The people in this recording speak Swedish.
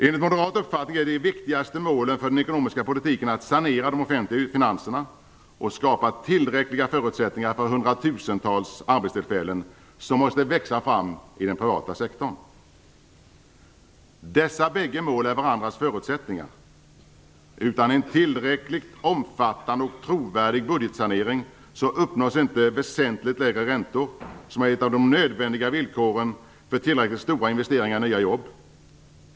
Enligt moderat uppfattning är de viktigaste målen för den ekonomiska politiken att sanera de offentliga finanserna och skapa tillräckliga förutsättningar för de hundratusentals arbetstillfällen som måste växa fram i den privata sektorn. Dessa bägge mål är varandras förutsättningar. Utan en tillräckligt omfattande och trovärdig budgetsanering uppnås inte väsentligt lägre räntor. Detta är ett av de nödvändiga villkoren för tillräckligt stora investeringar i nya jobb.